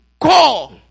call